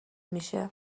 میشه